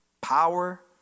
power